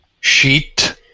sheet